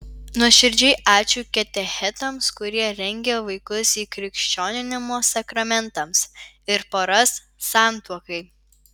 nuoširdžiai ačiū katechetams kurie rengia vaikus įkrikščioninimo sakramentams ir poras santuokai